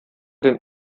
den